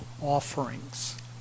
offerings